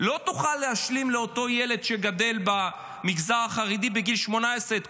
לא תוכל להשלים לאותו ילד שגדל במגזר החרדי בגיל 18 את